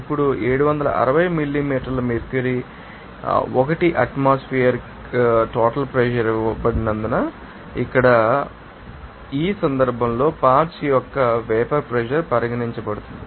ఇప్పుడు 760 మిల్లీమీటర్ల mercury 1 atmosphere ానికి టోటల్ ప్రెషర్ ఇవ్వబడినందున ఇక్కడ చూద్దాం మరియు ఇక్కడ ఈ సందర్భంలో పార్ట్శ్ యొక్క ఈ వేపర్ ప్రెషర్ పరిగణించబడుతుంది